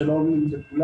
(הצגת מצגת) שלום לכולם.